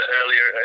earlier